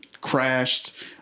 crashed